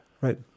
right